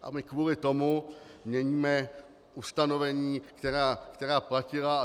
A my kvůli tomu měníme ustanovení, která platila.